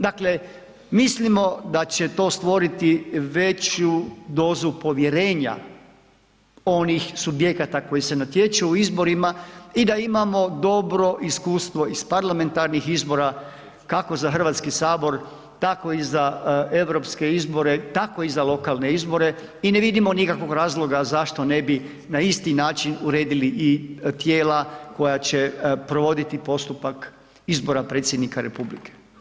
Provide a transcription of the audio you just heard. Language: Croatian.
Dakle, mislimo da će to stvoriti veću dozu povjerenja onih subjekata koji se natječu u izborima i da imamo dobro iskustvo iz parlamentarnih izbora kako za Hrvatski sabor, tako i za europske izbore, tako i za lokalne izbore i ne vidimo nikakvog razloga zašto ne bi na isti način uredili i tijela koja će provoditi postupak izbora predsjednika republike.